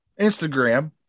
Instagram